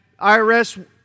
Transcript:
IRS